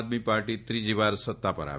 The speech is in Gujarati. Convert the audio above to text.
આદમી પાર્ટી ત્રીજી વાર સત્તા પર આવી